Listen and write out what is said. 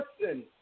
person